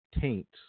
taints